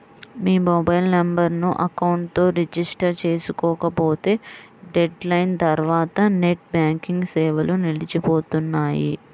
మీ mobile నెంబర్ను account తో register చేసుకోకపోతే డెడ్ లైన్ తర్వాత నెట్ బ్యాంకింగ్ సేవలు నిలిచిపోనున్నాయి